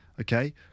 Okay